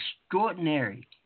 extraordinary